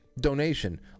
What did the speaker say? Donation